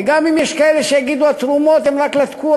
וגם אם יש כאלה שיגידו: התרומות הן רק לתקורה,